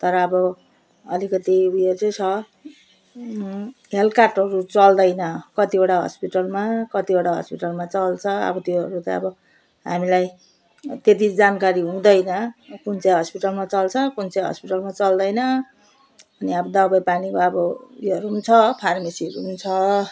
तर अब अलिकिति उयो चाहिँ छ हेल्थ कार्डहरू चल्दैन कतिवटा हस्पिटलमा कतिवटा हस्पिटलमा चल्छ अब त्योहरू त अब हामीलाई त्यति जानकारी हुँदैन कुन चाहिँ हस्पिटलमा चल्छ कुन चाहिँ हस्पिटलमा चल्दैन अनि अब दबाई पानी अब उयोहरू छ फार्मेसीहरू छ